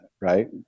right